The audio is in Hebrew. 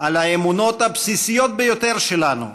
על האמונות הבסיסיות ביותר שלנו: